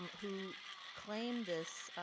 who claim this